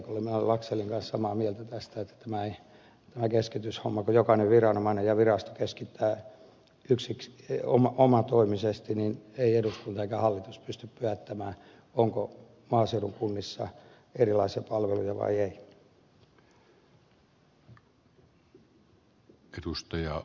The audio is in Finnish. laxellin kanssa samaa mieltä tästä että tämä keskityshomma kun jokainen viranomainen ja virasto keskittää omatoimisesti niin ei eduskunta eikä hallitus pysty päättämään onko maaseudun kunnissa erilaisia palveluja vai ei